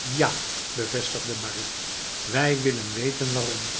ja bevestigde marie wij willen weten waarom